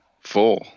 Four